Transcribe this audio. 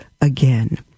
again